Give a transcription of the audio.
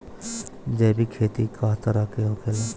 जैविक खेती कए तरह के होखेला?